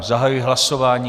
Zahajuji hlasování.